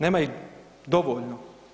Nema ih dovoljno?